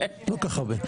לא כל כך הרבה.